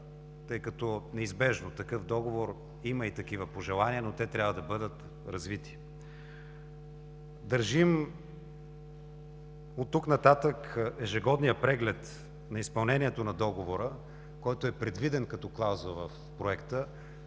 тъй като неизбежно за такъв договор има и такива пожелания, но те трябва да бъдат развити. Държим оттук нататък ежегодния преглед на изпълнението на договора, който е предвиден като клауза в проекта,